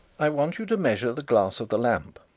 i want you to measure the glass of the lamp.